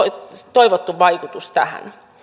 toivottu vaikutus tähän